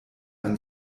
ein